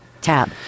Tab